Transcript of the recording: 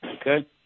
Okay